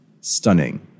stunning